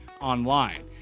online